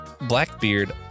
Blackbeard